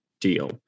deal